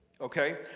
okay